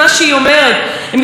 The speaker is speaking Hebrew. וכל הרשויות,